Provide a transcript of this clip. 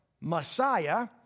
Messiah